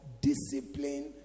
discipline